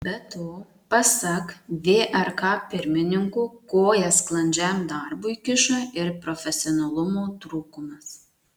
be to pasak vrk pirmininko koją sklandžiam darbui kiša ir profesionalumo trūkumas